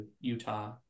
Utah